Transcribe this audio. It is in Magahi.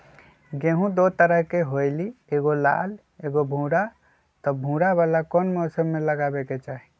गेंहू दो तरह के होअ ली एगो लाल एगो भूरा त भूरा वाला कौन मौसम मे लगाबे के चाहि?